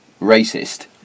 racist